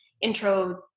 intro